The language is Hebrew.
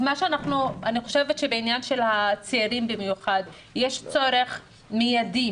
אני חושבת שבעניין של הצעירים במיוחד יש צורך מיידי